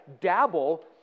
dabble